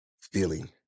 Feeling